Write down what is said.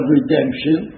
redemption